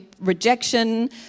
rejection